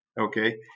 Okay